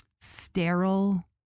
Sterile